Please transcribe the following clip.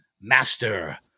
Master